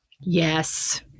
yes